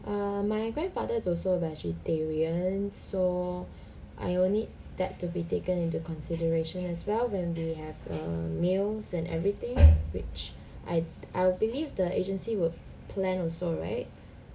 err my grandfather is also vegetarian so I will need that to be taken into consideration as well when they have err meals and everything which I I believe the agency will plan also right